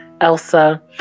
Elsa